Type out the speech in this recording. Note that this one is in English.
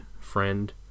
friend